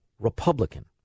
Republican